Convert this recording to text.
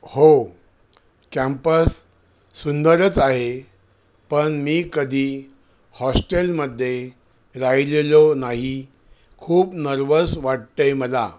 हो कॅम्पस सुंदरच आहे पण मी कधी हॉस्टेलमध्ये राहिलेलो नाही खूप नर्वस वाटतं आहे मला